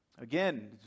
Again